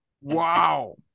Wow